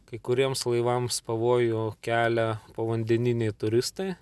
kai kuriems laivams pavojų kelia povandeniniai turistai